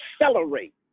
accelerate